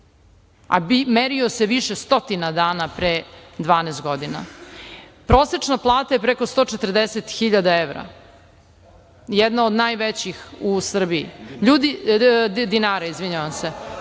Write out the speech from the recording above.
Merio se više stotina dana pre 12 godina. Prosečna plata je preko 140.000 dinara, jedna od najvećih u Srbiji. To je značajno